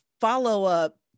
follow-up